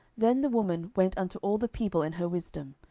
then the woman went unto all the people in her wisdom.